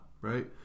right